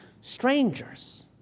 strangers